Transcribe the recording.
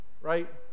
right